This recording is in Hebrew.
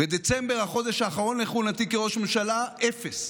בדצמבר, החודש האחרון לכהונתי כראש ממשלה, אפס.